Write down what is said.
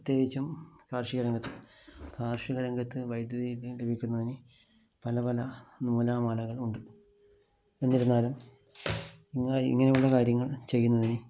പ്രത്യേകിച്ചും കാർഷികരംഗത്ത് കാർഷികരംഗത്ത് വൈദ്യുതി ലഭിക്കുന്നതിന് പലപല നൂലാമാലകളുണ്ട് എന്നിരുന്നാലും ഇങ്ങനെയുള്ള കാര്യങ്ങൾ ചെയ്യുന്നതിന്